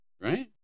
Right